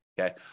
okay